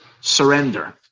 surrender